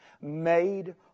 made